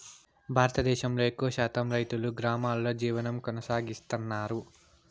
భారతదేశంలో ఎక్కువ శాతం రైతులు గ్రామాలలో జీవనం కొనసాగిస్తన్నారు